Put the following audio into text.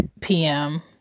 PM